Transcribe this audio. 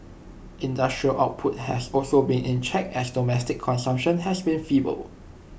industrial output has also been in check as domestic consumption has been feeble